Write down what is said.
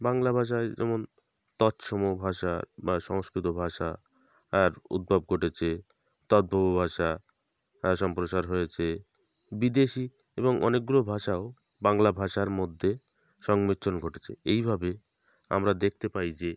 বাংলা ভাষায় যেমন তৎসম ভাষা বা সংস্কৃত ভাষা আর উদ্ভব ঘটেছে তদ্ভব ভাষা সম্প্রসার হয়েছে বিদেশী এবং অনেকগুলো ভাষাও বাংলা ভাষার মধ্যে সংমিশ্রণ ঘটেছে এইভাবে আমরা দেখতে পাই যে